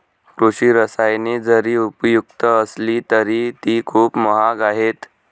कृषी रसायने जरी उपयुक्त असली तरी ती खूप महाग आहेत